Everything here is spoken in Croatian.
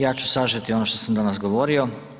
Ja ću sažeti ono što sam danas govorio.